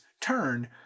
turn